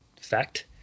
fact